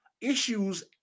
issues